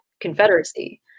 Confederacy